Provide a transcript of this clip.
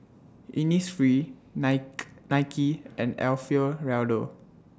Innisfree Nike Nike and Alfio Raldo